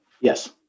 yes